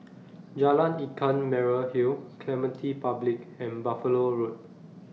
Jalan Ikan Merah Hill Clementi Public and Buffalo Road